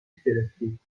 گرفتیم